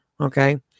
Okay